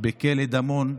בכלא דמון.